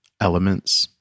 elements